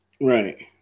Right